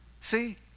See